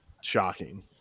shocking